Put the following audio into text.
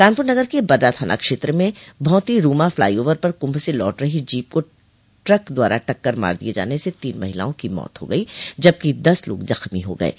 कानपूर नगर के बर्रा थाना क्षेत्र में भौंती रूमा फ्लाई ओवर पर कुंभ से लौट रही जीप को ट्रक द्वारा टक्कर मार दिये जाने से तीन महिलाओं की मौत हो गई जबकि दस लोग जख्मी हो गये हैं